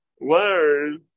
learn